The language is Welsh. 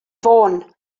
fôn